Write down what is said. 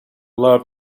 love